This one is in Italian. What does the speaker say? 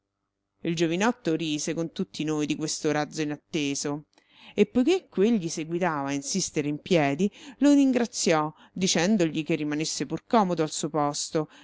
il giovinotto rise con tutti noi di questo razzo inatteso e poiché quegli seguitava a insistere in piedi lo ringraziò dicendogli che rimanesse pur comodo al suo posto